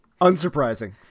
Unsurprising